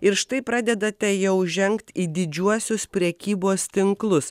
ir štai pradedate jau žengt į didžiuosius prekybos tinklus